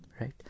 Right